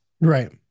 right